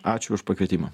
ačiū už pakvietimą